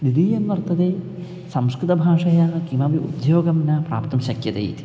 द्वितीयं वर्तते संस्कृतभाषया किमपि उद्योगं न प्राप्तुं शक्यते इति